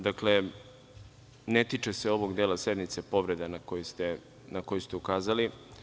Dakle, ne tiče se ovog dela sednice povreda na koju ste ukazali.